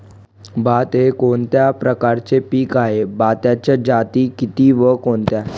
भात हे कोणत्या प्रकारचे पीक आहे? भाताच्या जाती किती व कोणत्या?